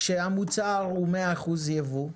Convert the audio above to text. כשהמוצר הוא 100% יבוא,